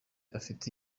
afite